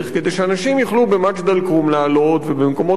כדי שאנשים יוכלו לעלות במג'ד-אל-כרום לעלות